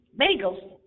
bagels